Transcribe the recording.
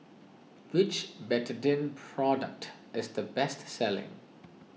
which Betadine product is the best selling